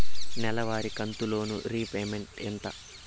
నెలవారి కంతు loan repayment ఎంత?